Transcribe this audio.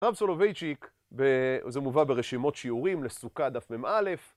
הרב סולווייצ'יק, זה מובא ברשימות שיעורים לסוכה דף מא,